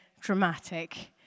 dramatic